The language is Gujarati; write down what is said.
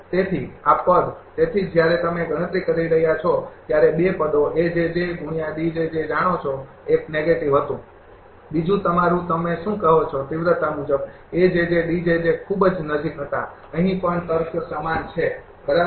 તેથી આ પદ તેથી જ જ્યારે તમે ગણતરી કરી રહ્યા હોય ત્યારે બે પદો જાણો છો એક નેગેટિવ હતું બીજું તમારું તમે શું કહો છો તિવ્રતા મુજબ ખૂબ જ નજીક હતા અહીં પણ તર્ક સમાન છે બરાબર